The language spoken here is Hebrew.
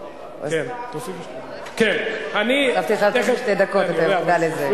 נתתי לך עוד שתי דקות, אתה מודע לזה.